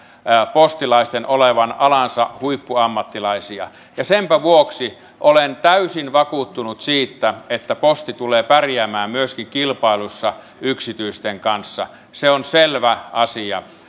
postilaisten olevan alansa huippuammattilaisia senpä vuoksi olen täysin vakuuttunut siitä että posti tulee pärjäämään myöskin kilpailussa yksityisten kanssa se on selvä asia